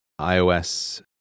iOS